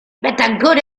betancourt